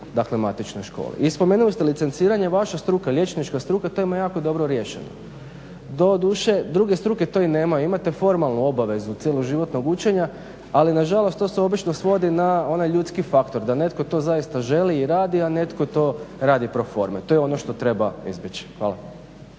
dakle matičnoj školi. I spomenuli ste licenciranje, vaša struka liječnička struka to ima jako dobro riješeno, doduše druge struke to i nemaju, imaju formalnu obavezu cijeloživotnog učenja ali nažalost to se obično svodi na onaj ljudski faktor da netko to zaista želi i radi a netko to radi proforme. To je ono što treba izbjeći. Hvala.